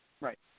Right